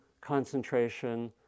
concentration